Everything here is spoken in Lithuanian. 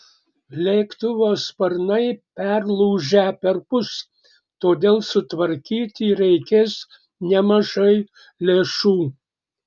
lėktuvo sparnai perlūžę perpus todėl sutvarkyti reikės nemažai lėšų